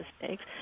mistakes